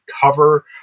cover